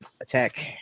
attack